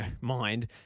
mind